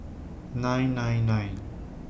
nine nine nine